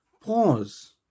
pause